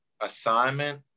assignment